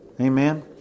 Amen